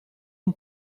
non